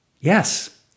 Yes